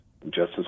Justice